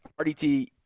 rdt